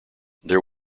there